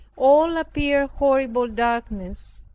all appeared horrible darkness,